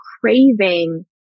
craving